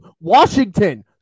Washington